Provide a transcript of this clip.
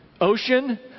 ocean